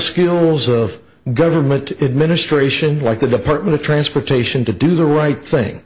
skills of government administration like the department of transportation to do the right thing